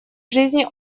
жизни